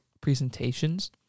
presentations